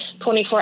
24